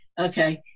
Okay